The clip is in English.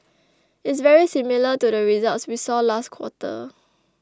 it's very similar to the results we saw last quarter